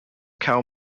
cow